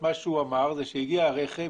מה שהוא אמר זה שהגיע רכב,